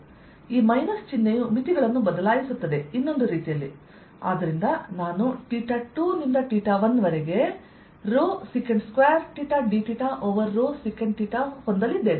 ಈ ಮೈನಸ್ ಚಿಹ್ನೆಯು ಮಿತಿಗಳನ್ನು ಬದಲಾಯಿಸುತ್ತದೆ ಇನ್ನೊಂದು ರೀತಿಯಲ್ಲಿ ಆದ್ದರಿಂದ ನಾನು 2 ರಿಂದ 1 dθ ಓವರ್sec ಹೊಂದಲಿದ್ದೇನೆ